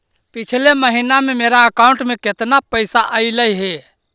पिछले महिना में मेरा अकाउंट में केतना पैसा अइलेय हे?